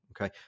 Okay